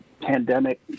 pandemic